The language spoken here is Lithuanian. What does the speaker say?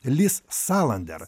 lis salander